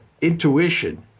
intuition